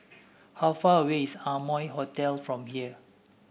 how far away is Amoy Hotel from here